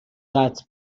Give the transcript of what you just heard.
قطع